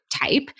type